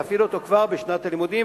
להפעיל אותו כבר בשנת הלימודים.